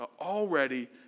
Already